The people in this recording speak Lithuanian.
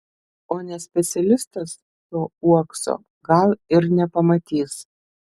o ne specialistas to uokso gal ir nepamatys